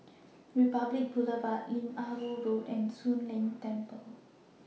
Republic Boulevard Lim Ah Woo Road and Soon Leng Temple